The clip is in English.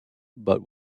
but